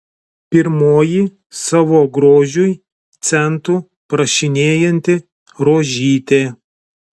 pirmoji savo grožiui centų prašinėjanti rožytė